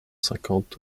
cinquante